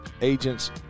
agents